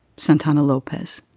santana lopez.